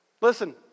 Listen